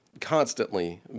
constantly